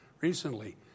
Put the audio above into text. recently